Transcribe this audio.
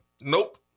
Nope